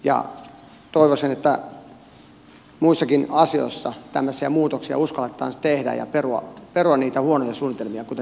toivoisin että muissakin asioissa tämmöisiä muutoksia uskallettaisiin tehdä ja perua niitä huonoja suunnitelmia kuten tässä